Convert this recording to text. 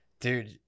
dude